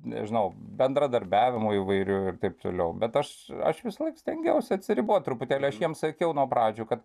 nežinau bendradarbiavimų įvairių ir taip toliau bet aš aš visąlaik stengiausi atsiribot truputėlį aš jiem sakiau nuo pradžių kad